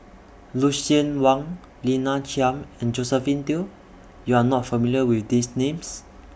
Lucien Wang Lina Chiam and Josephine Teo YOU Are not familiar with These Names